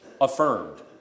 affirmed